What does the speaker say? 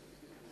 הסביבה